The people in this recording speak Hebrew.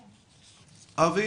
אבי?